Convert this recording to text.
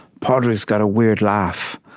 padraig's got a weird laugh.